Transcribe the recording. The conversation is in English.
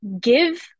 give